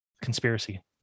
conspiracy